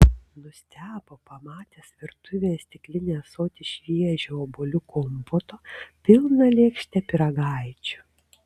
nustebo pamatęs virtuvėje stiklinį ąsotį šviežio obuolių kompoto pilną lėkštę pyragaičių